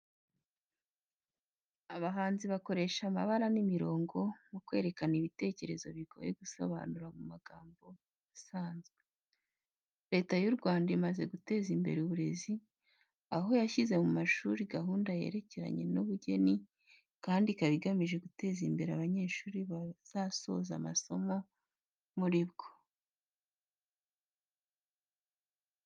Abahanzi bakoresha amabara n'imirongo mu kwerekana ibitekerezo bigoye gusobanura mu magambo asanzwe. Leta y'u Rwanda imaze guteza imbere uburezi, aho yashyize mu mashuri gahunda yerekeranye n'ubugeni kandi ikaba igamije guteza imbere abanyeshuri bazasoza amasomo muri bwo.